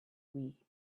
wii